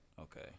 okay